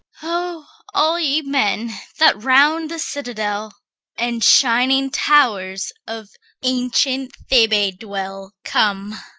ho, all ye men that round the citadel and shining towers of ancient thebe dwell, come!